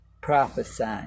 prophesying